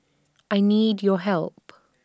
I need your help